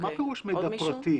--- מה פירוש מידע פרטי?